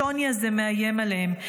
השוני הזה מאיים עליהם.